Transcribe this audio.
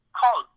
call